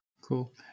cool